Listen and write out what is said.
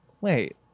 wait